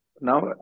now